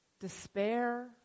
despair